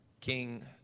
King